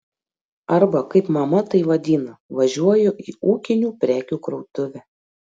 arba kaip mama tai vadina važiuoju į ūkinių prekių krautuvę